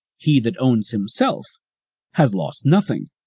he that owns himself has lost nothing.